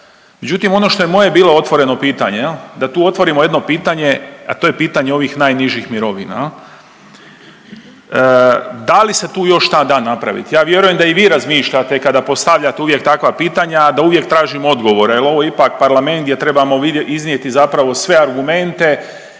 međutim, ono što je moje bilo otvoreno pitanje je da tu otvorimo jedno pitanje, a to je pitanje ovih najnižih mirovina. Da li se tu još šta da napraviti? Ja vjerujem da i vi razmišljate, kada postavljate uvijek takva pitanja, da uvijek tražimo odgovore jer ovo je ipak parlament gdje trebamo iznijeti zapravo sve argumente